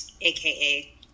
aka